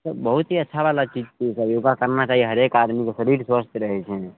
तब बहुत ही अच्छावला चीज छै योगा करना चाही हरेक आदमीके शरीर स्वस्थ रहय छै